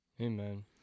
Amen